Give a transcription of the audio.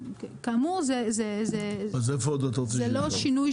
אז איפה עוד אתה רוצה שיהיו?